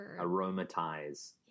aromatize